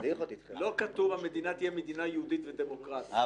לא כתוב המדינה תהיה מדינה יהודית ודמוקרטית,